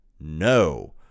No